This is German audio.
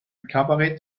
kabarett